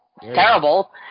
terrible